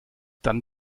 dann